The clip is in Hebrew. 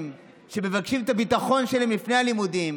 שמבקשים את הביטחון שלהם לפני הלימודים,